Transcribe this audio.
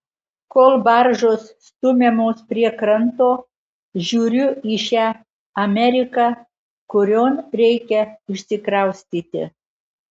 kol baržos stumiamos prie kranto žiūriu į šią ameriką kurion reikia išsikraustyti